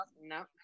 no